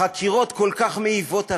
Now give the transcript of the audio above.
החקירות כל כך מעיבות עליו,